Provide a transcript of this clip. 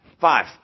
Five